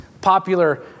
popular